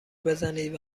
بزنید